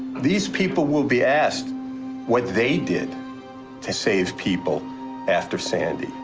these people will be asked what they did to save people after sandy.